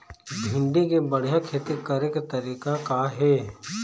भिंडी के बढ़िया खेती करे के तरीका का हे?